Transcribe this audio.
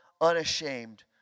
unashamed